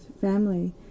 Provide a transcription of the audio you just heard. family